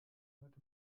hört